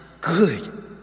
good